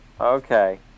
Okay